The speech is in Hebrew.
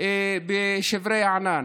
בשברי הענן.